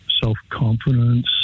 Self-confidence